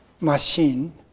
machine